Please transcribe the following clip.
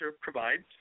provides